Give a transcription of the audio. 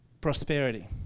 prosperity